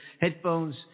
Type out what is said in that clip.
headphones